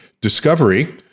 discovery